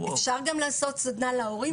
אפשר גם לעשות סדנה להורים,